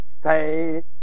stay